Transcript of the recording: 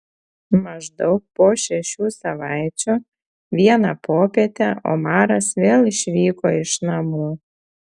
maždaug po šešių savaičių vieną popietę omaras vėl išvyko iš namų